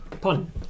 Pun